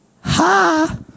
Ha